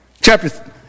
Chapter